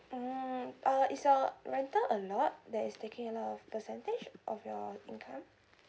mm uh is your rental a lot that is taking a lot of percentage of your income